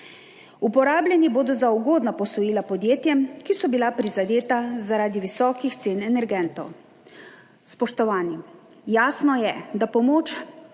Uporabljeno bo za ugodna posojila podjetjem, ki so bila prizadeta zaradi visokih cen energentov. Spoštovani! Jasno je, da pomoč